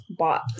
bought